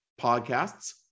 podcasts